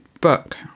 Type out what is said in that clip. book